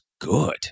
good